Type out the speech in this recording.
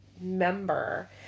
member